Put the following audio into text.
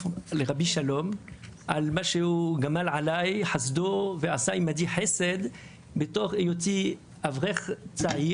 לרבי שלום על מה שהוא גמל עלי חסדו ועשה עמדי חסד בתור אברך צעיר